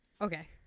okay